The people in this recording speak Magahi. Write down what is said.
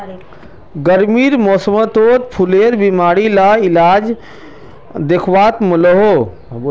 गर्मीर मौसमोत फुलेर बीमारी ला ज्यादा दखवात मिलोह